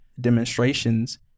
demonstrations